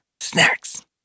Snacks